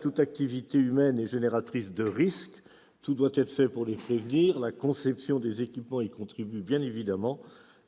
toute activité humaine étant génératrice de risques, tout doit être fait pour les prévenir. La conception des équipements y contribue bien évidemment.